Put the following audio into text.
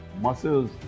muscles